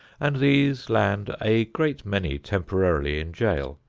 and these land a great many temporarily in jail,